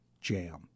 jam